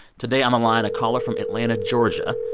today on the line, a caller from atlanta, ga.